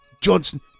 johnson